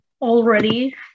already